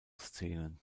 szenen